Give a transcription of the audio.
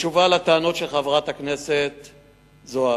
בתשובה על הטענות של חברת הכנסת זועבי,